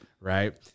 right